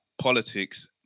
politics